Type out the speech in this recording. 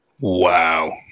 Wow